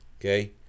okay